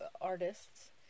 artists